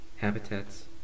Habitats